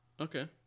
Okay